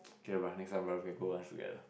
okay bruh next time lunch we can go lunch together